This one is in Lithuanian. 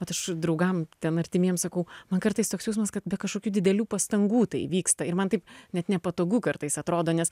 kad aš draugam ten artimiem sakau man kartais toks jausmas kad be kažkokių didelių pastangų tai vyksta ir man taip net nepatogu kartais atrodo nes